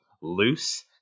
loose